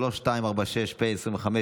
הצעה מס' פ/3246/25,